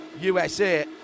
USA